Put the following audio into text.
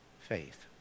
faith